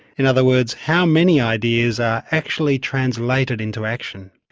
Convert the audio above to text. in other words how many ideas are actually translated into action.